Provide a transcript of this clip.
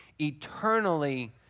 eternally